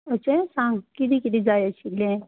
मात्शें सांग कितें कितें जाय आशिल्लें